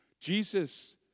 Jesus